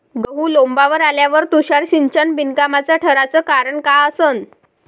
गहू लोम्बावर आल्यावर तुषार सिंचन बिनकामाचं ठराचं कारन का असन?